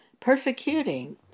persecuting